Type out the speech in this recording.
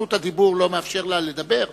זכות הדיבור לא מאפשרת לה לדבר?